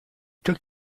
took